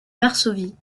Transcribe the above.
varsovie